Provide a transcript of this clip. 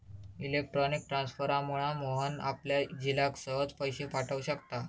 electronic ट्रांसफरमुळा मोहन आपल्या झिलाक सहज पैशे पाठव शकता